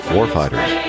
Warfighters